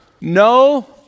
No